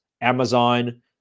Amazon